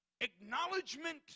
Acknowledgement